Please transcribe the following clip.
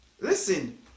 listen